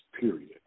period